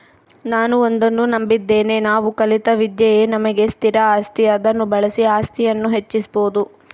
ನಾನು ಒಂದನ್ನು ನಂಬಿದ್ದೇನೆ ನಾವು ಕಲಿತ ವಿದ್ಯೆಯೇ ನಮಗೆ ಸ್ಥಿರ ಆಸ್ತಿ ಅದನ್ನು ಬಳಸಿ ಆಸ್ತಿಯನ್ನು ಹೆಚ್ಚಿಸ್ಬೋದು